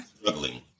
Struggling